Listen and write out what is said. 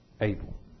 able